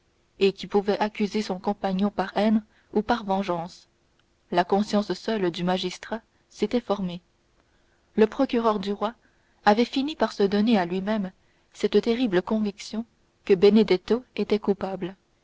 et qui pouvait accuser son compagnon par haine ou par vengeance la conscience seule du magistrat s'était formée le procureur du roi avait fini par se donner à lui-même cette terrible conviction que benedetto était coupable